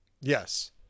Yes